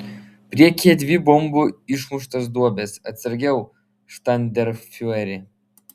priekyje dvi bombų išmuštos duobės atsargiau štandartenfiureri